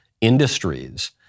industries